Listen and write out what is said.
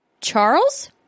Charles